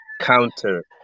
counter